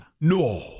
No